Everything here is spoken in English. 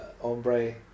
Ombre